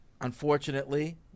unfortunately